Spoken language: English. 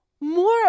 More